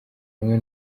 bumwe